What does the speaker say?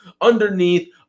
underneath